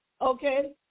Okay